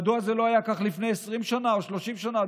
מדוע זה לא היה כך לפני 20 שנה או 30 שנה,